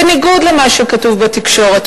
בניגוד למה שכתוב בתקשורת,